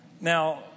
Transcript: Now